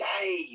Hey